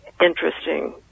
interesting